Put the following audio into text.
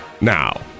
now